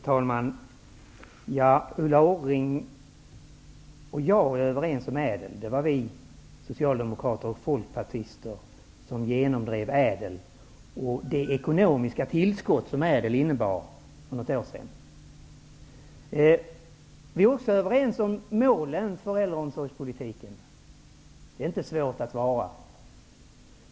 Fru talman! Ulla Orring och jag är överens om ÄDEL-reformen. Det var vi socialdemokrater och folkpartister som för något år sedan genomdrev den och det ekonomiska tillskott som den innebar. Vi är också överens om målen för äldreomsorgspolitiken. Det är inte svårt att vara det.